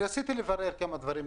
רציתי לברר כמה דברים.